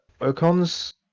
Ocon's